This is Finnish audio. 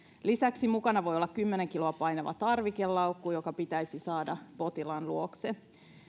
lisäksi mukana voi olla kymmenen kiloa painava tarvikelaukku joka pitäisi saada potilaan luokse